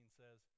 says